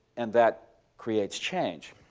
and that creates change.